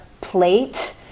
plate